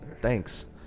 Thanks